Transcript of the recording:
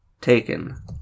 Taken